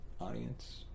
audience